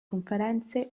conferenze